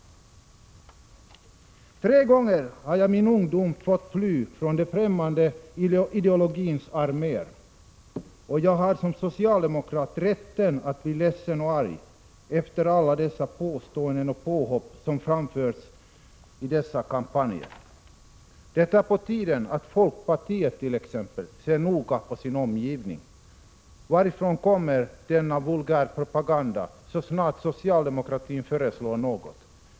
Tre gånger har jag i min ungdom fått fly från den främmande ideologins arméer, och jag har som socialdemokrat rätt att bli ledsen och arg på alla dessa påståenden och påhopp som framförs i dessa kampanjer. Det är på tiden att t.ex. folkpartiet ser noga på sin omgivning. Varifrån kommer denna vulgärpropaganda så snart socialdemokratin föreslår något?